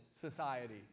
society